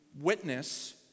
witness